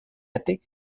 ètic